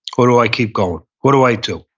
or do i keep going? what do i do?